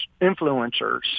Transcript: influencers